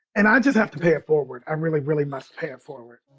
and i just have to pay it forward. i really, really must pay it forward